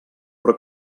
però